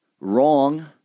wrong